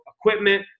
equipment